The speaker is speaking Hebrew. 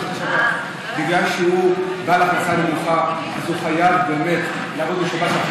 בגלל שהוא בעל הכנסה נמוכה אז הוא חייב באמת לעבוד בשבת,